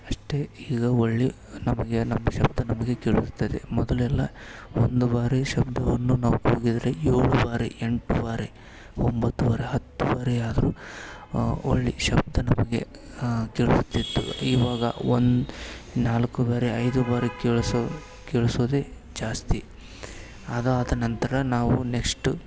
ಅಷ್ಟೆ ಈಗ ಒಳ್ಳೆಯ ನಮಗೆ ನಮ್ಮ ಶಬ್ದ ನಮಗೆ ಕೇಳುತ್ತದೆ ಮೊದಲೆಲ್ಲಾ ಒಂದು ಬಾರಿ ಶಬ್ದವನ್ನು ನಾವು ಕೂಗಿದರೆ ಏಳು ಬಾರಿ ಎಂಟು ಬಾರಿ ಒಂಬತ್ತು ಬಾರಿ ಹತ್ತು ಬಾರಿಯಾದರು ಒಳ್ಳಿ ಶಬ್ದ ನಮಗೆ ಕೇಳುತ್ತಿತ್ತು ಇವಾಗ ಒಂದು ನಾಲ್ಕು ಬಾರಿ ಐದು ಬಾರಿ ಕೇಳ್ಸೋ ಕೇಳ್ಸೋದೇ ಜಾಸ್ತಿ ಅದಾದ ನಂತರ ನಾವು ನೆಕ್ಷ್ಟು